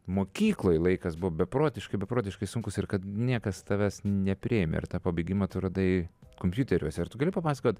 mokykloj laikas buvo beprotiškai beprotiškai sunkus ir kad niekas tavęs nepriėmė ir tą pabėgimą tu radai kompiuteriuose ar tu gali papasakot